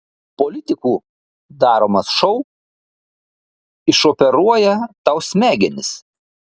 politikų daromas šou išoperuoja tau smegenis